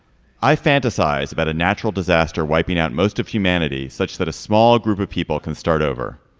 i fantasize about a natural disaster wiping out most of humanity such that a small group of people can start over